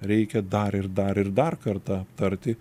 reikia dar ir dar ir dar kartą aptarti